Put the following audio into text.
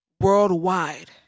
worldwide